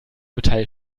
metall